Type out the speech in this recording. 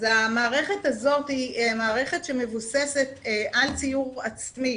אז המערכת הזאת היא מערכת שמבוססת על ציור עצמי